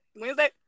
wednesday